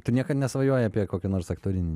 tu niekad nesvajojai apie kokį nors aktorinį